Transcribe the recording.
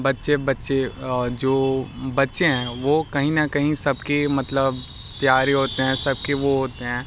बच्चे बच्चे जो बच्चे हैं वो कहीं ना कहीं सबके मतलब प्यारे होते हैं सबके वो होते हैं